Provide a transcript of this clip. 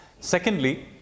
Secondly